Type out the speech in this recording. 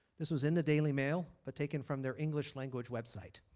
this was in the daily mail but taken from their english-language website.